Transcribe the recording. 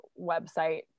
website